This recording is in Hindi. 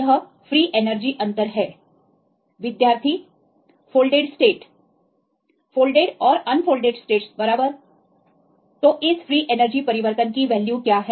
यह फ्री एनर्जी अंतर है Student Folded state विद्यार्थी फोल्डेड स्टेट फोल्डेड और अनफोल्डेड स्टेटस बराबर तो इस फ्री एनर्जी परिवर्तन की वैल्यू क्या है